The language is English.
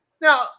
now